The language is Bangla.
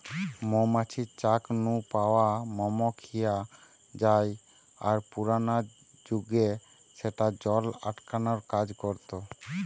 মৌ মাছির চাক নু পাওয়া মম খিয়া জায় আর পুরানা জুগে স্যাটা জল আটকানার কাজ করতা